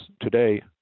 Today